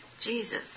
Jesus